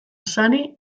sari